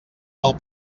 del